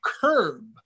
curb